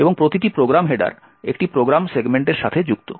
এবং প্রতিটি programme header একটি প্রোগ্রাম সেগমেন্টের সাথে যুক্ত